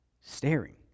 staring